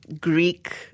Greek